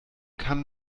kann